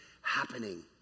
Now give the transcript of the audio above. happening